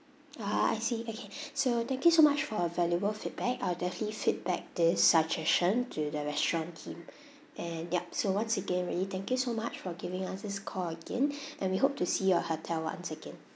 ah I see okay so thank you so much for your valuable feedback I'll definitely feedback this suggestion to the restaurant team and yup so once again really thank you so much for giving us this call again and we hope to see you at our hotel once again